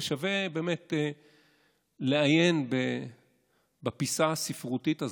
ושווה באמת לעיין בפיסה הספרותית הזאת,